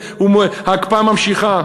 ההקפאה ממשיכה,